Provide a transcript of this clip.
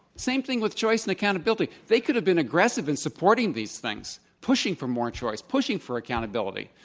same thing with choice and accountability, they could have been aggressive in supporting these things, pushing for more choice, pushing for accountability.